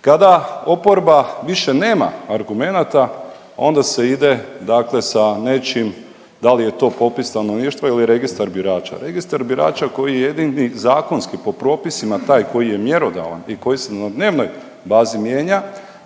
Kada oporba više nema argumenata onda se ide, dakle sa nečim da li je to popis stanovništva ili registar birača, registar birača koji je jedini zakonski po propisima taj koji je mjerodavan i koji se na dnevnoj bazi mijenja